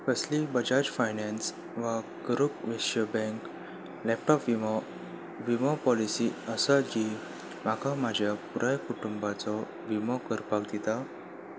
कसलीय बजाज फायनान्स वा करूप विश्य बँक लॅपटॉप विमो विमो पॉलिसी आसा जी म्हाका म्हज्या पुराय कुटुंबाचो विमो करपाक दिता